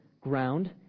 ground